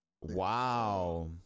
Wow